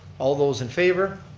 all those in favor.